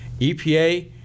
EPA